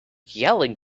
yelling